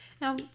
Now